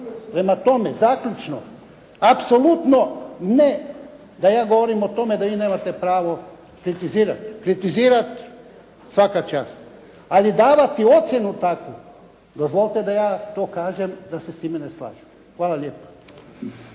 Prema tome, zaključno, apsolutno ne, da ja govorim o tome da vi nemate pravo kritizirati. Kritizirati svaka čast, ali davati ocjenu takvu, dozvolite da ja tu kažem da se s time ne slažem. Hvala lijepa.